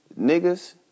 Niggas